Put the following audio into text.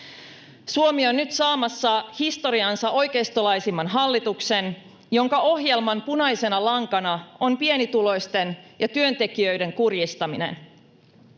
Suomi on nyt saamassa historiansa oikeistolaisimman hallituksen, jonka ohjelman punaisena lankana on pienituloisten ja työntekijöiden kurjistaminen.